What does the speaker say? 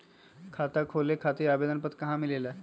खाता खोले खातीर आवेदन पत्र कहा मिलेला?